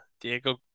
Diego